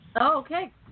Okay